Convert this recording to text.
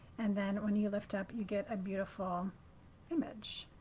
and then when you lift up, you get a beautiful image.